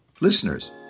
Listeners